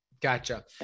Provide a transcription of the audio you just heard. gotcha